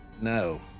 No